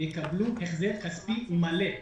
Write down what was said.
יקבלו החזר כספי מלא.